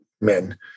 men